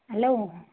hello